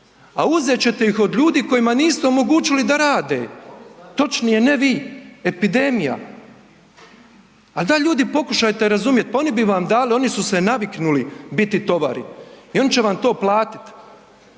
A uzet ćete ih od ljudi kojima niste omogućili da rade, točnije ne vi, epidemija. Al daj ljudi pokušajte razumjet, pa oni bi vam dali, oni su se naviknuli biti tovari i oni će vam to platit.